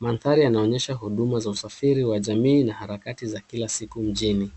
Manthari yanaonyesha huduma za usafiri wa jamii na harakati za kila siku mjini.